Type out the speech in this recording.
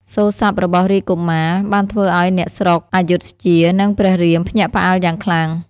សូរស័ព្ទរបស់រាជកុមារ បានធ្វើឱ្យអ្នកស្រុកព្ធយុធ្យា និងព្រះរាមភ្ញាក់ផ្អើលយ៉ាងខ្លាំង។